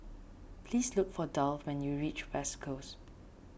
please look for Dolph when you reach West Coast